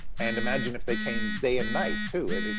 and imagine if they came day and night too. and and